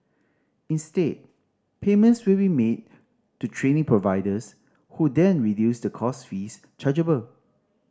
instead payments will be made to training providers who then reduce the course fees chargeable